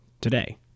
today